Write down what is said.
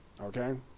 okay